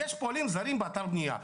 יש פועלים זרים באתר הבניה.